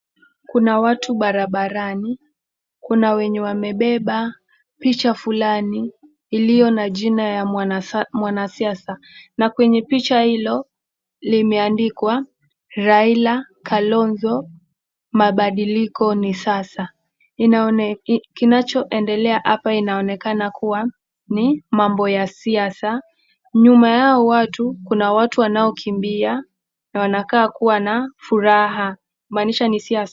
Kuna watu barabarani. Kuna wenye wamebeba picha fulani iliyo na jina ya mwanasiasa na kwenye picha hilo imeandikwa Raila Kalonzo Mabadiliko ni sasa. Kinachoendelea hapa inaonekana kuwa ni mambo ya siasa. Nyuma yao watu kuna watu wanaokimbia na wanakaa kuwa na furaha. Maanisha ni siasa.